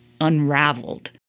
unraveled